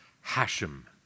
Hashem